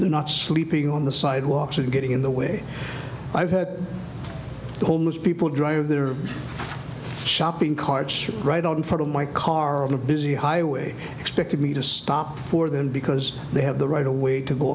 they're not sleeping on the sidewalks and getting in the way i've had homeless people drive their shopping carts right out in front of my car on a busy highway expected me to stop for them because they have the right away to go